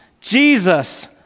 Jesus